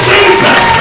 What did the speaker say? Jesus